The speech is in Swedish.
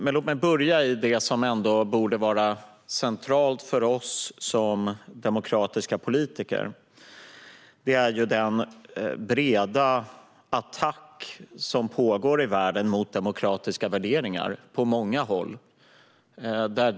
Men låt mig börja i det som borde vara centralt för oss som demokratiska politiker, nämligen den breda attack mot demokratiska värderingar som pågår på många håll i världen.